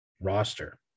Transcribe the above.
roster